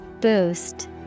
Boost